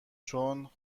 چون